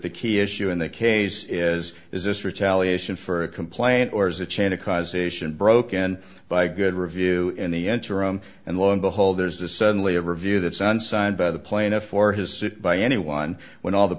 the key issue in the case is is this retaliation for a complaint or is a chain of causation broken by a good review in the interim and lo and behold there's this suddenly a review that's unsigned by the plaintiff or his suit by anyone when all the